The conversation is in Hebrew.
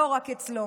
לא רק אצלו.